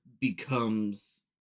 becomes